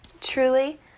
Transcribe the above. truly